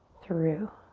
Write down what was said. through?